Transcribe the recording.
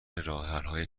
راهحلهای